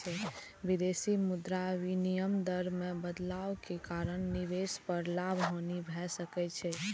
विदेशी मुद्रा विनिमय दर मे बदलाव के कारण निवेश पर लाभ, हानि भए सकै छै